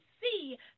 see